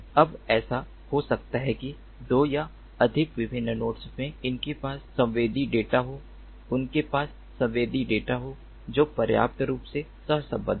अब ऐसा हो सकता है कि 2 या अधिक विभिन्न नोड्स में उनके पास संवेदी डेटा हो उनके पास संवेदी डेटा हो जो पर्याप्त रूप से सहसंबद्ध हो